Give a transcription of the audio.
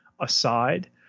aside